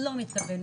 לא מתקבל,